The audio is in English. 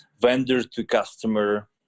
vendor-to-customer